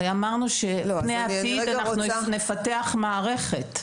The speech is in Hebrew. לגבי העתיד, אנחנו נפתח מערכת.